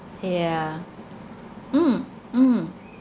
yeah mm mm